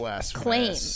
claim